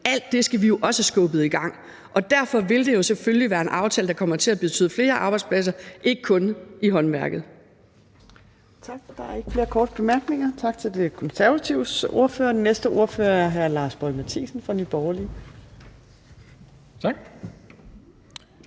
Alt det skal vi jo også have skubbet i gang, og derfor vil det jo selvfølgelig være en aftale, der kommer til at betyde flere arbejdspladser – ikke kun i håndværket.